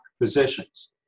Positions